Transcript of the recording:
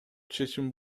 чечим